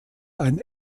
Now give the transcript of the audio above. ein